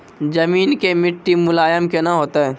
जमीन के मिट्टी मुलायम केना होतै?